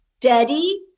Daddy